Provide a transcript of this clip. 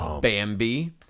Bambi